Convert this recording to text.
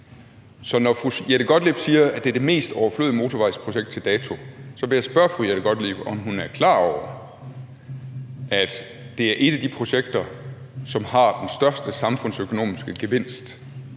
Så når fru Jette Gottlieb siger, at det er det mest overflødige motorvejsprojekt til dato, så vil jeg spørge fru Jette Gottlieb, om hun er klar over, at det er et af de projekter, som ligger for øjeblikket, som har den største samfundsøkonomiske gevinst,